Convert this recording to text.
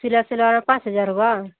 सिल सिलवाया पाँच हज़ार हुआ